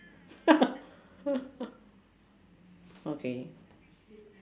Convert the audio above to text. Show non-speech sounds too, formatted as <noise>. <laughs> okay